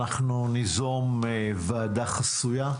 אנחנו ניזום ועדה חסויה,